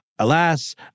Alas